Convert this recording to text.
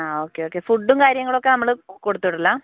ആ okay okay ഫുഡും കാര്യങ്ങളും ഒക്കെ അവിടുന്ന് കൊടുത്തോളും അല്ലെ